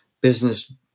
business